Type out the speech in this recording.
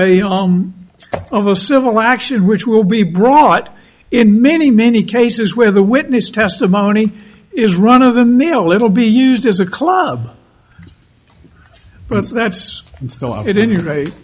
r of a civil action which will be brought in many many cases where the witness testimony is run of the mill little be used as a club but that's still at any rate